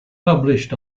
published